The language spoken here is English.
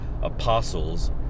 apostles